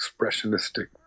expressionistic